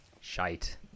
Shite